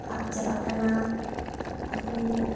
ᱟᱫ ᱪᱟᱞᱟᱜ ᱠᱟᱱᱟ ᱟᱵᱚ